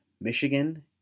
Michigan